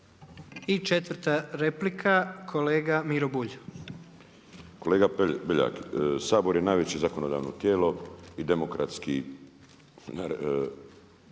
I četvrta replika, kolega Miro Bulj. **Bulj, Miro (MOST)** Kolega Beljak, Sabor je najveće zakonodavno tijelo i demokratski